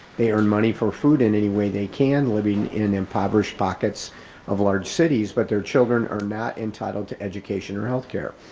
they earn money for food in any way they can, living in impoverished pockets of large cities, but their children are not entitled to education or health care.